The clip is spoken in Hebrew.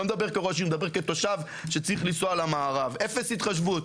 אני לא מדבר כראש עיר אלא כתושב שצריך לנסוע למערב אפס התחשבות.